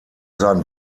sein